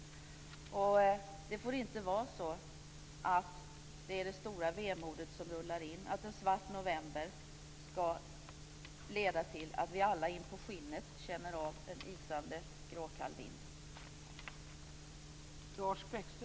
Det får inte vara så att det stora vemodet rullar in, att en svart november leder till att vi alla in på skinnet känner av en isande gråkall vind.